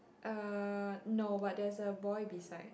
uh no but there's a boy beside